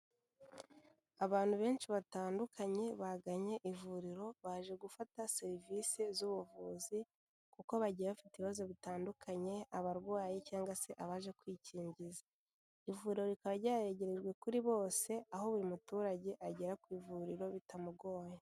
Abantu benshi batandukanye bagannye ivuriro baje gufata serivisi z'ubuvuzi, kuko bagiye bafite ibibazo bitandukanye abarwayi cyangwa se abaje kwikingiza. Ivuriro rikaba ryaregerejwe kuri bose, aho buri muturage agera ku ivuriro bitamugoye.